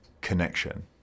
connection